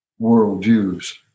worldviews